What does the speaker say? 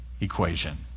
equation